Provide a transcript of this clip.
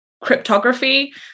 cryptography